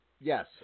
Yes